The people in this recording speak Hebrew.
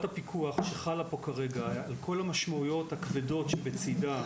הפיקוח שחלה פה כרגע על כל המשמעויות הכבדות שבצדה,